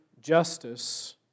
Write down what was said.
justice